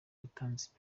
yatanze